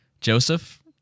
Joseph